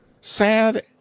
sad